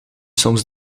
soms